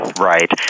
right